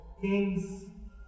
Kings